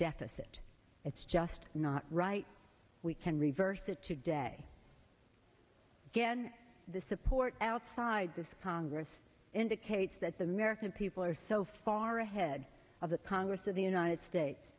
deficit it's just not right we can reverse it today again the support outside this congress indicates that the american people are so far ahead of the congress of the united states